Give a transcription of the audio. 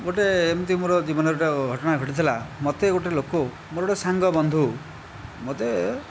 ଗୋଟିଏ ଏମିତି ମୋର ଜୀବନରେ ଗୋଟିଏ ଘଟଣା ଘଟିଥିଲା ମୋତେ ଗୋଟିଏ ଲୋକ ମୋର ଗୋଟିଏ ସାଙ୍ଗ ବନ୍ଧୁ ମୋତେ